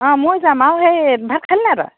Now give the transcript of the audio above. অ' ময়ো যাম আৰু সেই ভাত খালি নাই তই